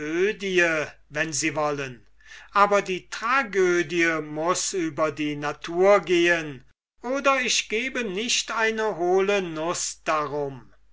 wenn sie wollen aber die tragödie muß über die natur gehen oder ich gebe nicht eine hohle nuß darum